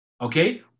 Okay